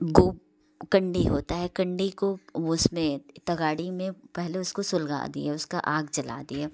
गो कंडी होता है कंडी को उसमें तगाड़ी में पहले उसको सुलगा दिया उसका आग जला दिया